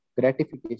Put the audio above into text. gratification